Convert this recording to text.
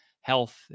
health